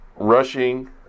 rushing